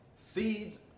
Seeds